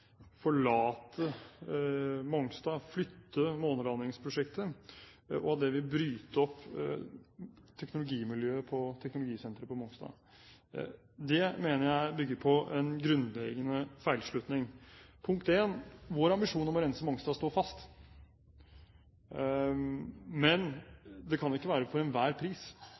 forlate Mongstad, flytte månelandingsprosjektet, og at det vil bryte opp teknologimiljøet på teknologisenteret på Mongstad. Det mener jeg bygger på en grunnleggende feilslutning. Punkt 1: Vår ambisjon om å rense Mongstad står fast, men det kan ikke være for enhver pris.